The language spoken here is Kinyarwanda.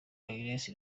agnes